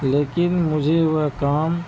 لیکن مجھے وہ کام